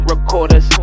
recorders